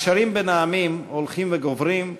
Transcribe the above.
הקשרים בין העמים הולכים וגוברים,